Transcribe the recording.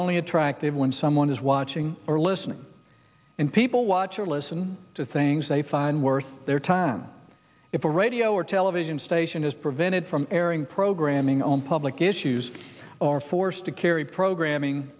only attractive when someone is watching or listening and people watch or listen to things they find worth their time if a radio or television station is prevented from airing programming on public issues are forced to carry programming